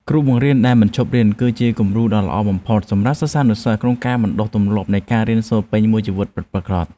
គ្រូបង្រៀនដែលមិនឈប់រៀនគឺជាគំរូដ៏ល្អបំផុតសម្រាប់សិស្សានុសិស្សក្នុងការបណ្តុះទម្លាប់នៃការរៀនសូត្រពេញមួយជីវិតពិតប្រាកដ។